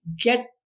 get